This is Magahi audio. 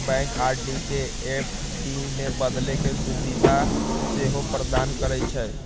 बैंक आर.डी के ऐफ.डी में बदले के सुभीधा सेहो प्रदान करइ छइ